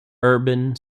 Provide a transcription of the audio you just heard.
urban